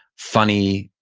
funny,